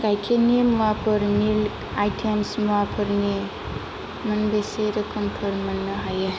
गाइखेरनि मुवाफोर milk items मुवाफोरनि मोनबेसे रोखोमफोर मोननो हायो